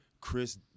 Chris